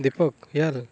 Deepak